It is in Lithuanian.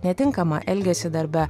netinkamą elgesį darbe